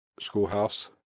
schoolhouse